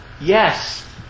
yes